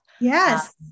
Yes